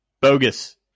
Bogus